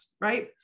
right